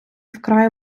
вкрай